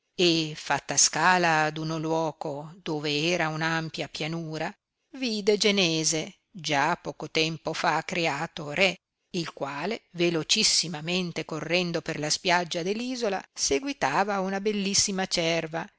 e fatta scala ad uno luoco dove era un'ampia pianura vide genese già poco tempo fa creato re il quale velocissimamente correndo per la spiaggia de l isola seguitava una bellissima cerva